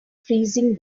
freezing